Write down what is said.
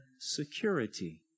security